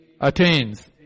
attains